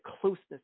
closeness